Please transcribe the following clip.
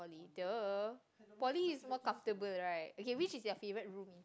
poly duh poly is more comfortable right okay which is your favourite room in